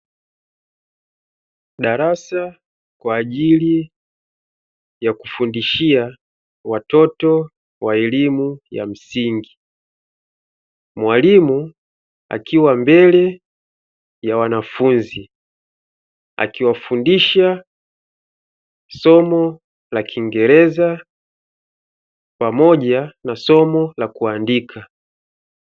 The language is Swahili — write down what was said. Darasa kwa ajili ya kufundishia watoto wa elimu ya msingi, mwalimu akiwa mbele ya wanafunzi akiwafundisha somo la kingereza na somo la kuandika.